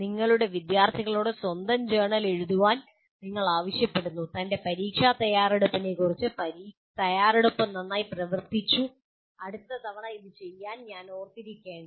നിങ്ങളുടെ വിദ്യാർത്ഥികളോട് സ്വന്തം ജേർണൽ എഴുതാൻ നിങ്ങൾ ആവശ്യപ്പെടുന്നു തന്റെ പരീക്ഷാ തയ്യാറെടുപ്പിനെക്കുറിച്ച് തയ്യാറെടുപ്പ് നന്നായി പ്രവർത്തിച്ചു അടുത്ത തവണ ഇത് ചെയ്യാൻ ഞാൻ ഓർത്തിരിക്കേണ്ടവ